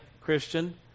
Christian